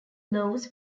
laws